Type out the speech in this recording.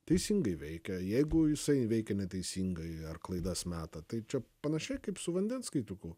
teisingai veikia jeigu jisai veikia neteisingai ar klaidas meta tai čia panašiai kaip su vandens skaitliuku